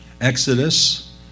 Exodus